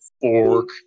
Fork